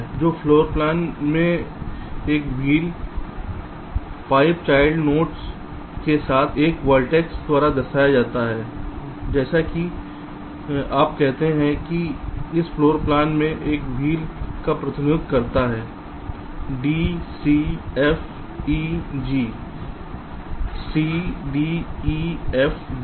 तो floor plan में एक व्हील 5 चाइल्ड नोड्स के साथ एक वर्टेक्स द्वारा दर्शाया जाता है जैसा कि आप कहते हैं कि यह इस फ्लोर प्लान में एक व्हील का प्रतिनिधित्व करता है d c f e g c d e f g